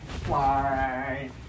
fly